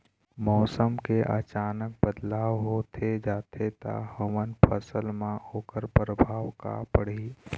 मौसम के अचानक बदलाव होथे जाथे ता हमर फसल मा ओकर परभाव का पढ़ी?